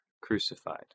Crucified